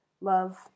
Love